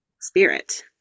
Spirit